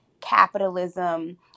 capitalism